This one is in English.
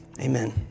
Amen